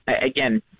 again